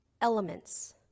elements